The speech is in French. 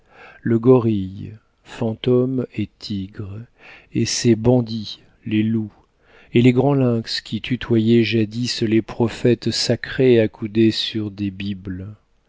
le gorille fantôme et tigre et ces bandits les loups et les grands lynx qui tutoyaient jadis les prophètes sacrés accoudés sur des bibles